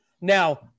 Now